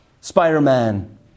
spider-man